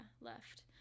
left